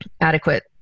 adequate